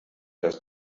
das